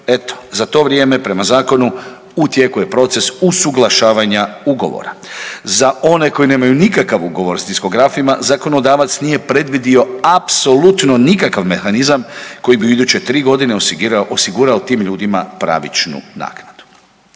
eto, za to vrijeme prema Zakonu u tijeku je proces usuglašavanja ugovora. Za one koji nemaju nikakav ugovor sa diskografima zakonodavac nije predvidio apsolutno nikakav mehanizam koji bi u iduće tri godine osigurao tim ljudima pravičnu naknadu.